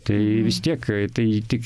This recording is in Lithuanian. tai vis tiek tai tik